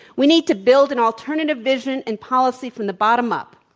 we need to build an alternative vision and policy from the bottom up,